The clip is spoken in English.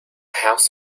house